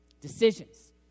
Decisions